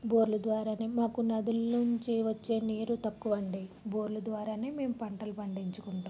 బోర్లు ద్వారా మాకు నదుల నుంచి వచ్చే నీరు తక్కువ అండి బోర్లు ద్వారా మేము పంటలు పండించుకుంటాం